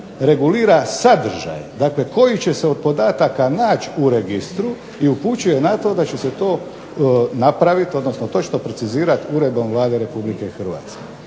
regulira sadržaj, dakle koji će se od podataka naći u registru i upućuje na to da će se to napraviti, odnosno točno precizirati Uredbom Vlade RH. Elementi